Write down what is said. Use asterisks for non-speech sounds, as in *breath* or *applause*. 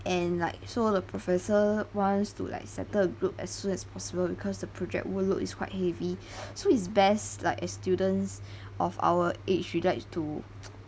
and like so the professor wants to like settle a group as soon as possible because the project workload is quite heavy *breath* so is best like as students *breath* of our age we like to *noise*